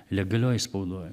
legalioj spaudoj